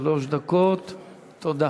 תודה.